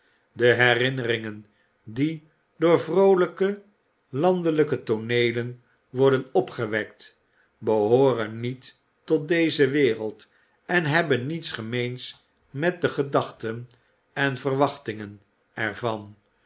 de herinneringen die door vroolijke landelijke tooneelen worden opgewekt behooren niet tot deze wereld en hebben niets gemeens met de gedachten en verwachtingen